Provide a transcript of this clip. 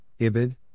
IBID